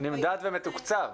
נמדד ומתוקצב.